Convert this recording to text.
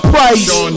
Price